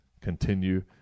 continue